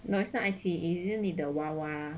no it's not 爱妻 isn't it the wawa